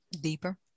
Deeper